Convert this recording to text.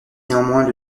néanmoins